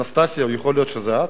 אנסטסיה, יכול להיות שזו את?